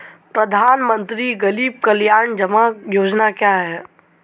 प्रधानमंत्री गरीब कल्याण जमा योजना क्या है?